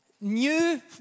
new